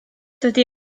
dydi